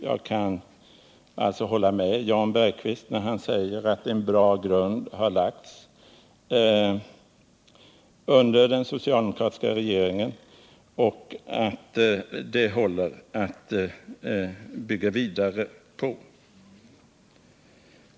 Jag kan alltså hålla med Jan Bergqvist när han säger att en bra grund har lagts under den socialdemokratiska regeringens tid och att den håller för att bygga vidare på.